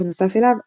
בנוסף אליו,